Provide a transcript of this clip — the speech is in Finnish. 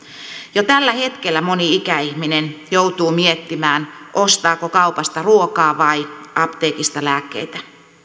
jo tällä hetkellä moni ikäihminen joutuu miettimään ostaako kaupasta ruokaa vai apteekista lääkkeitä